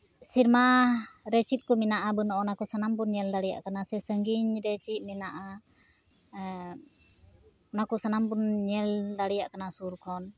ᱥᱮᱨᱢᱟ ᱨᱮ ᱪᱮᱫ ᱠᱚ ᱢᱮᱱᱟᱜᱼᱟ ᱵᱟᱹᱱᱩᱜᱼᱟ ᱚᱱᱟ ᱠᱚ ᱥᱟᱱᱟᱢ ᱵᱚᱱ ᱧᱮᱞ ᱫᱟᱲᱮᱭᱟᱜ ᱠᱥᱟᱱᱟ ᱥᱮ ᱥᱟᱺᱜᱤᱧ ᱨᱮ ᱪᱮᱫ ᱢᱮᱱᱟᱜᱼᱟ ᱚᱱᱟ ᱠᱚ ᱥᱟᱱᱟᱢ ᱵᱚᱱ ᱧᱮᱞ ᱫᱟᱮᱭᱟᱜ ᱠᱟᱱᱟ ᱥᱩᱨ ᱠᱷᱚᱱ